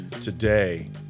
today